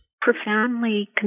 profoundly